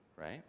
Right